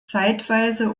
zeitweise